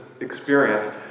experience